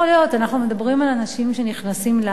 אנחנו מדברים על אנשים שנכנסים לארץ.